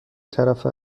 طرفه